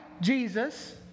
Jesus